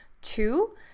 two